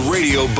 Radio